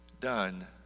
Done